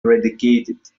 eradicated